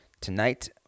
tonight